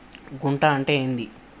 గుంట అంటే ఏంది?